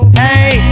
hey